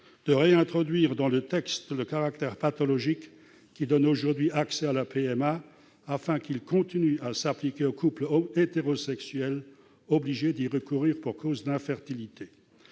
de réintroduire dans le texte la situation pathologique ouvrant aujourd'hui accès à la PMA, afin que ce critère puisse continuer à s'appliquer aux couples hétérosexuels obligés d'y recourir pour cause d'infertilité.